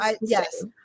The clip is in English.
Yes